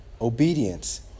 obedience